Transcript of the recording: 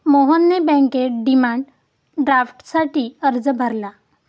मोहनने बँकेत डिमांड ड्राफ्टसाठी अर्ज भरला